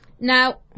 Now